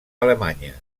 alemanya